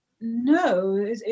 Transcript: no